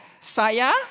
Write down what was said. Saya